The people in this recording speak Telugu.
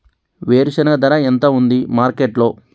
వేరుశెనగ ధర ఎంత ఉంది మార్కెట్ లో?